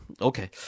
Okay